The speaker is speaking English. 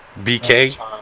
BK